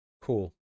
Cool